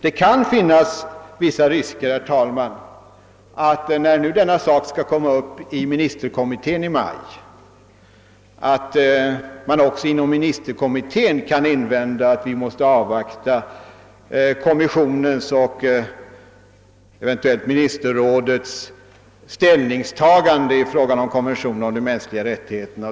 Det kan finnas vissa risker att man också inom ministerkommittén — när denna fråga tas upp där i maj — kan invända att man måste avvakta kommissionens och eventuellt ministerrådets ställningstagande i frågan om konventionen om de mänskliga rättigheterna.